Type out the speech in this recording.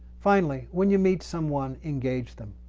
finally, when you meet someone, engage them.